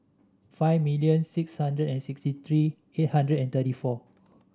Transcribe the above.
five million six hundred and sixty three eight hundred and thirty four